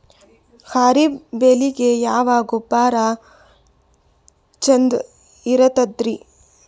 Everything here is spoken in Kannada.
ಖರೀಪ್ ಬೇಳಿಗೆ ಯಾವ ಗೊಬ್ಬರ ಚಂದ್ ಇರತದ್ರಿ?